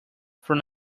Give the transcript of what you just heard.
from